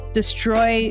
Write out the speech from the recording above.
destroy